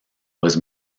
was